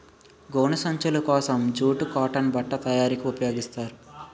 గోను సంచులు కోసం జూటు కాటన్ బట్ట తయారీకి ఉపయోగిస్తారు